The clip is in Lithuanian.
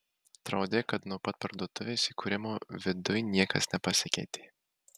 atrodė kad nuo pat parduotuvės įkūrimo viduj niekas nepasikeitė